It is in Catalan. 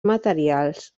materials